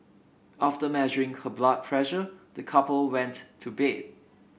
after measuring her blood pressure the couple went to bed